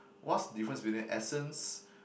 what's the difference between the essence